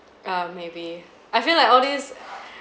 um maybe I feel like all these uh